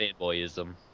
fanboyism